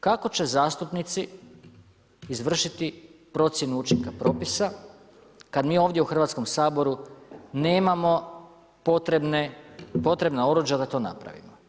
Kako će zastupnici izvršiti procjenu učinka propisa kada mi ovdje u Hrvatskom saboru nemamo potrebna oruđa da to napravimo?